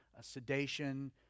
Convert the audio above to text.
sedation